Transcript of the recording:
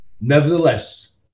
Nevertheless